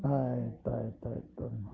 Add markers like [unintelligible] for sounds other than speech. ಆಯ್ತಾಯ್ತಾಯ್ತು [unintelligible]